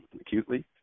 acutely